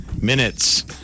minutes